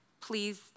please